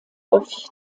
häufig